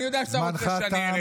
אני יודע שאתה רוצה שאני ארד.